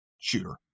shooter